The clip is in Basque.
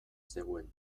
zegoen